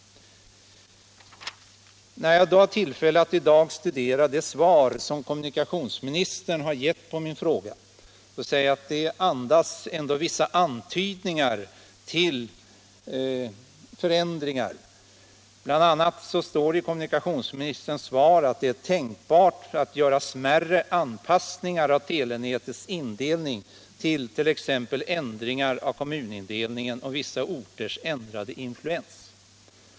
När jag har tillfälle att i dag studera det svar som kommunikationsministern har gett på min fråga, ser jag att det ändå andas vissa antydningar till förändringar. Bl. a. står det i svaret att det är tänkbart att ”göra smärre anpassningar av telenätets indelning till t.ex. ändringar av kommunindelningen och vissa orters ändrade influens”.